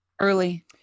Early